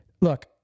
look